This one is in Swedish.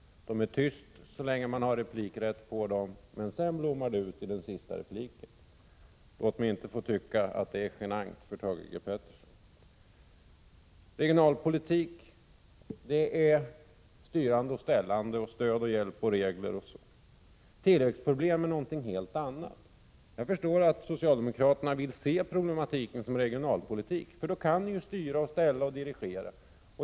De är tysta så länge man har replikrätt på dem, men sedan blommar de ut i den sista repliken. Låt mig inte få tycka att det är genant för Thage G. Peterson. Regionalpolitik är styrande och ställande och stöd och hjälp och regler. Tillväxtproblem är någonting helt annat. Jag förstår att socialdemokraterna vill se problematiken som regionalpolitik, för då kan ni ju styra och ställa och dirigera.